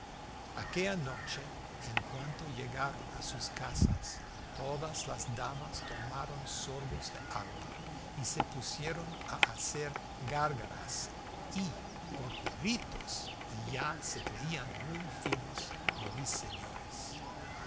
a un emperador aquella noche en cuanto llegaron a sus casas todas las damas tomaron sorbos de agua y se pusieron a hacer gárgaras y gorgoritos y ya se creían muy finos ruiseñores